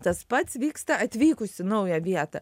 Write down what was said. tas pats vyksta atvykus į naują vietą